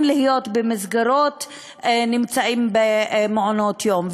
להיות במסגרות נמצאים במעונות-יום,